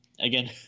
again